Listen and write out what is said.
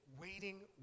waiting